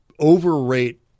overrate